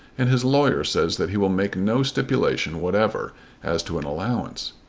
and his lawyer says that he will make no stipulation whatever as to an allowance.